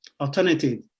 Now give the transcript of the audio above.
alternative